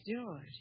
George